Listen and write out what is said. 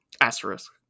asterisk